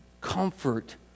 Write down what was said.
comfort